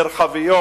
מרחביות.